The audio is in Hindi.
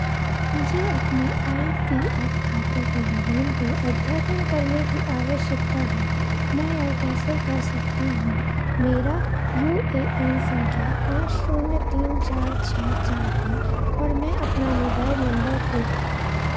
मुझे अपने आई पी एफ खाते के विवरण को अद्यतन करने की आवश्यकता है मैं यह कैसे कर सकता हूँ मेरा यू ए एन संख्या पाँच शून्य तीन चार छः चार है और मैं अपना मोबाइल नंबर को